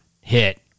hit